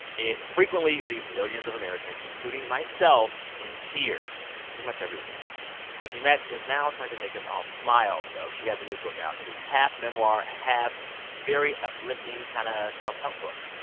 it frequently leaves millions of americans, including myself, in tears pretty much every week chrissy metz is now trying to make us all smile, though. she has a new book out. it is half memoir, half very uplifting kind of self-help book.